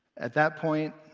at that point,